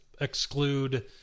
exclude